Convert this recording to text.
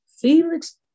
Felix